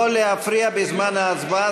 לא להפריע בזמן ההצבעה.